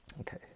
Okay